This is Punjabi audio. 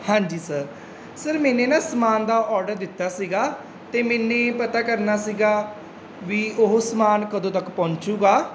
ਹਾਂਜੀ ਸਰ ਸਰ ਮੈਨੇ ਨਾ ਸਮਾਨ ਦਾ ਆਰਡਰ ਦਿੱਤਾ ਸੀਗਾ ਅਤੇ ਮੈਨੇ ਪਤਾ ਕਰਨਾ ਸੀਗਾ ਵੀ ਉਹ ਸਮਾਨ ਕਦੋਂ ਤੱਕ ਪਹੁੰਚੂਗਾ